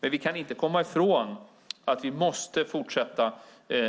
Men vi kan inte komma ifrån att vi måste fortsätta